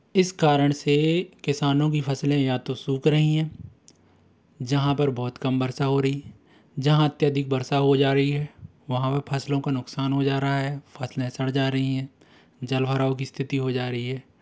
इस कारण से किसानों की फ़सलें या तो सूख रही हैं जहाँ पर बहोत कम वर्षा हो रही जहाँ अत्यधिक वर्षा हो जा रही है वहाँ पर फ़सलों का नुक़सान हो जा रहा है फ़सलें सड़ जा रही हैं जलभराव की स्थिति हो जा रही है